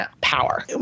power